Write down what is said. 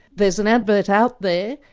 there's an advert out there,